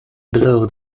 below